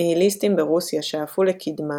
הניהיליסטים ברוסיה שאפו לקדמה,